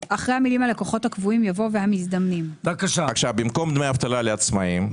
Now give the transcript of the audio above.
לאחר דיון בוועדת הכספים בדבר תוכנית ...".